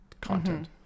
content